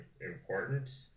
important